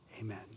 amen